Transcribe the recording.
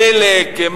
דלק,